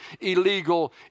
illegal